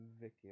Vicky